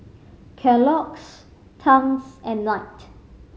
Kellogg's Tangs and Knight